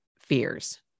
fears